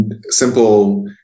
simple